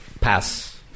pass